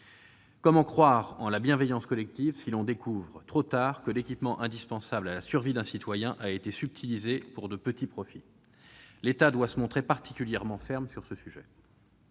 Comment croire en la bienveillance collective si l'on découvre, trop tard, que l'équipement indispensable à la survie d'un citoyen a été subtilisé pour de petits profits ? L'État doit se montrer particulièrement ferme sur ce sujet.